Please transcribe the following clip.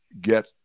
get